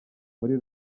muri